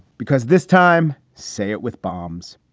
because this time. say it with bombs.